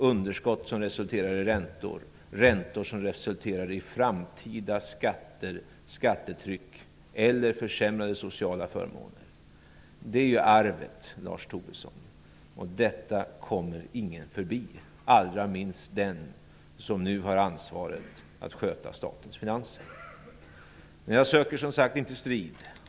Underskotten har resulterat i räntor. Räntorna har resulterat i ett framtida skattetryck eller försämrade sociala förmåner. Det är arvet, Lars Tobisson. Detta kommer ingen förbi - allra minst den som nu har ansvaret för att sköta statens finanser. Men jag söker som sagt inte strid.